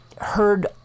heard